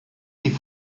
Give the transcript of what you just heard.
die